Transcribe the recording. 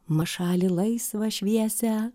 ma šalį laisvą šviesią